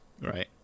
Right